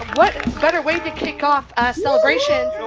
what better way to kick off a celebration.